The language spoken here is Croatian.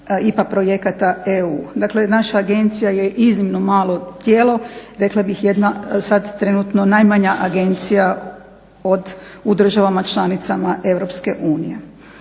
IPA projekata EU. Dakle, naša agencija je iznimno malo tijelo, rekla bih jedna sad trenutno najmanja agencija od, u državama članicama EU. Najvažnije